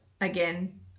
again